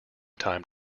time